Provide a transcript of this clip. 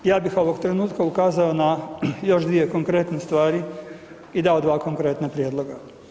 Ja bih ovog trenutka ukazao na još dvije konkretne stvari i dao 2 konkretna prijedloga.